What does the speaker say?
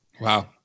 Wow